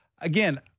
again